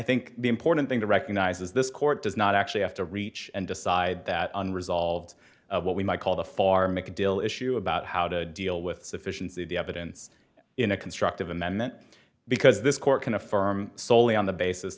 think the important thing to recognize is this court does not actually have to reach and decide that unresolved what we might call the far make a deal issue about how to deal with sufficiency of the evidence in a constructive amendment because this court can affirm soley on the basis